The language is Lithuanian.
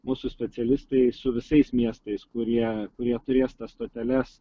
mūsų specialistai su visais miestais kurie kurie turės tas stoteles